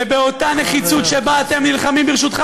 ובאותה נחישות שבה אתם נלחמים ברשותך,